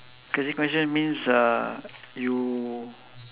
crazy coincidence means uh you